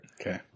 Okay